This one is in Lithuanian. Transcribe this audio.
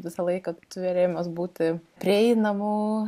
visą laiką turėjimas būti prieinamu